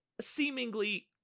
seemingly